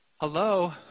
Hello